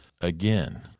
again